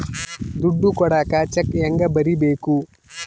ದುಡ್ಡು ಕೊಡಾಕ ಚೆಕ್ ಹೆಂಗ ಬರೇಬೇಕು?